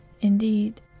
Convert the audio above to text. indeed